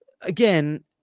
again